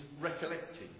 recollecting